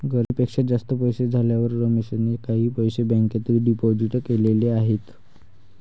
गरजेपेक्षा जास्त पैसे झाल्यावर रमेशने काही पैसे बँकेत डिपोजित केलेले आहेत